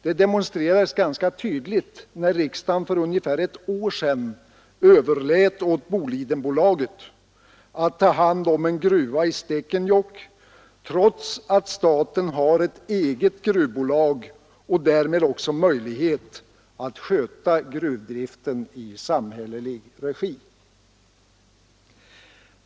Det demonstrerades ganska tydligt när riksdagen för ungefär ett år sedan överlät åt Bolidenbolaget att ta hand om gruvan i Stekenjokk, trots att staten har ett eget gruvbolag och därmed också möjlighet att sköta gruvdriften i samhällelig regi.